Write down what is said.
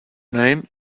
name